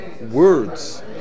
words